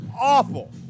awful